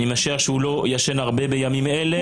אני מאשר שהוא לא ישן הרבה בימים האלה.